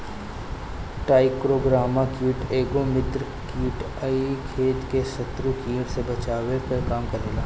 trichogramma कीट एगो मित्र कीट ह इ खेत के शत्रु कीट से बचावे के काम करेला